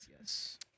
Yes